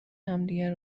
همدیگه